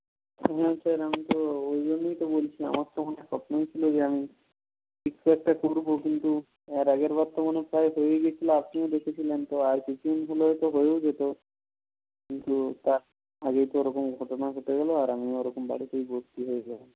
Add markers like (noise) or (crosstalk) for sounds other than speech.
হ্যাঁ স্যার আমি তো ওই জন্যই তো বলছি আমার (unintelligible) স্বপ্নই ছিল যে আমি কিছু একটা করব কিন্তু আর আগেরবার তো মানে প্রায় হয়েই গিয়েছিল আপনিও দেখেছিলেন তো আর কিছুদিন হলে তো হয়েই যেত কিন্তু তার আগেই তো ওরকম ঘটনা ঘটে গেল আর আমিও ওরকম বাড়িতেই (unintelligible) হয়ে গেলাম